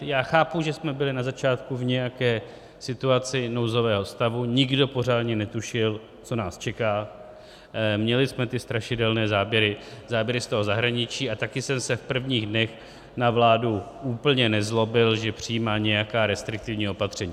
Já chápu, že jsme byli na začátku v nějaké situaci nouzového stavu, nikdo pořádně netušil, co nás čeká, měli jsme ty strašidelné záběry z toho zahraničí a také jsem se v prvních dnech na vládu úplně nezlobil, že přijímá nějaká restriktivní opatření.